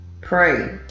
Pray